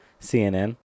CNN